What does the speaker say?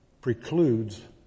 precludes